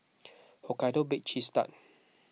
Hokkaido Baked Cheese Tart